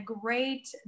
great